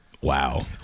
Wow